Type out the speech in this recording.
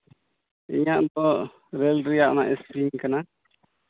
ᱤᱧᱟᱹᱜ ᱫᱚ ᱨᱮᱹᱞ ᱨᱮᱭᱟᱜ ᱚᱱᱟ ᱤᱥᱯᱨᱤᱝ ᱠᱟᱱᱟ